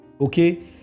Okay